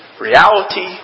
Reality